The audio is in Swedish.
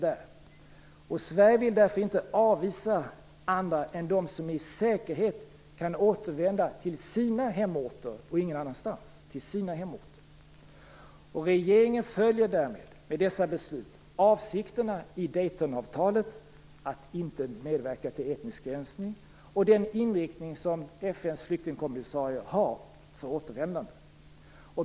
Sverige vill därför inte avvisa andra än de som i säkerhet kan återvända till sina hemorter; till sina hemorter - ingen annanstans. Regeringen följer med dessa beslut avsikterna i Daytonavtalet att inte medverka till etnisk rensning och den inriktning som FN:s flyktingkommissarie har för återvändande.